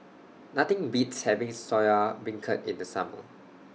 Nothing Beats having Soya Beancurd in The Summer